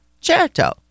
Certo